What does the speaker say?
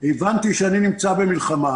הבנתי שאני נמצא במלחמה,